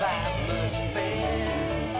atmosphere